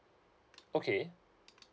okay